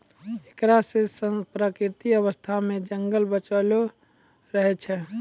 एकरा से प्राकृतिक अवस्था मे जंगल बचलो रहै छै